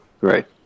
Right